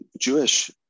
Jewish